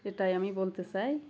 এটাই আমি বলতে চাই